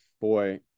boy